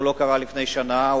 והוא לא קרה לפני שנה.